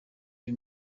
uyu